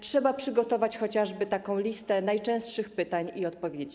Trzeba przygotować chociażby taką listę najczęstszych pytań i odpowiedzi.